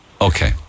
Okay